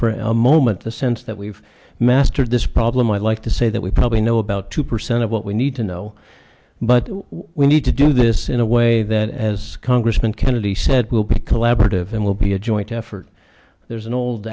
for a moment the sense that we've mastered this problem i'd like to say that we probably know about two percent of what we need to know but we need to do this in a way that as congressman kennedy said will be collaborative and will be a joint effort there's an old